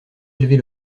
élever